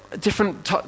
different